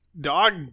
dog